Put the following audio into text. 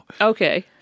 Okay